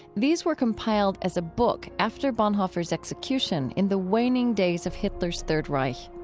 these were compiled as a book after bonhoeffer's execution in the waning days of hitler's third reich.